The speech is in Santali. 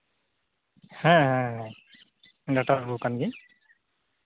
ᱦᱮᱸ ᱦᱮᱸ ᱰᱟᱠᱛᱟᱨ ᱵᱟᱹᱵᱩ ᱠᱟᱱ ᱜᱤᱭᱟᱹᱧ